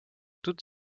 toutes